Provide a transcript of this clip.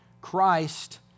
Christ